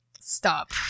stop